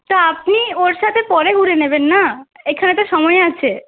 তা আপনি ওর সাথে পরে ঘুরে নেবেন না এখানে তো সময় আছে